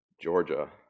Georgia